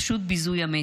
פשוט ביזוי המת.